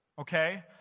Okay